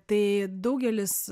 tai daugelis